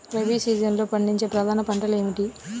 రబీ సీజన్లో పండించే ప్రధాన పంటలు ఏమిటీ?